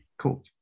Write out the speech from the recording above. Cool